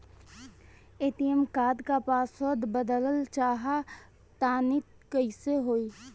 ATM card क password बदलल चाहा तानि कइसे होई?